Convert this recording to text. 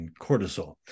cortisol